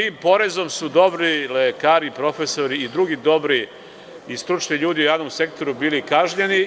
Tim porezom su dobri lekari, profesori i drugi dobri i stručni ljudi u javnom sektoru bili kažnjeni.